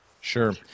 sure